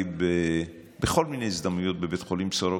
ביקרתי בכל מיני הזדמנויות בבית חולים סורוקה,